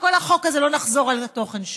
שכל החוק הזה לא נחזור על התוכן שלו.